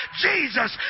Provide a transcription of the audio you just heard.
Jesus